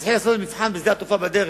נתחיל לעשות מבחן בשדה התעופה, בדרך,